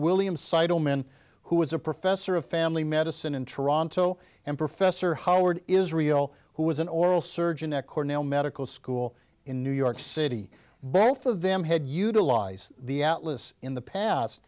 men who was a professor of family medicine in toronto and professor howard israel who was an oral surgeon at cornell medical school in new york city both of them had utilize the atlas in the past